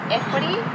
equity